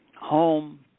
home